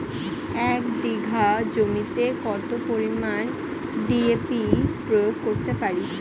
এক বিঘা জমিতে কত পরিমান ডি.এ.পি প্রয়োগ করতে পারি?